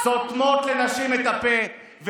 סותמות לנשים את הפה,